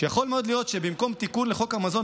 שיכול מאוד להיות שבמקום תיקון לחוק המזון,